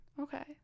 Okay